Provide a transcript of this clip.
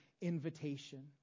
invitation